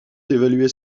évalués